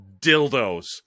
dildos